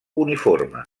uniforme